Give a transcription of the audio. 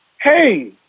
hey